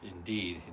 Indeed